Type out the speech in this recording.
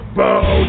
bow